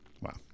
Wow